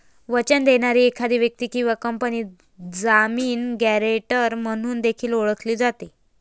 वचन देणारी एखादी व्यक्ती किंवा कंपनी जामीन, गॅरेंटर म्हणून देखील ओळखली जाते